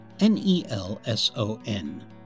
N-E-L-S-O-N